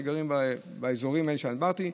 שגרים באזורים האלה שדיברתי עליהם.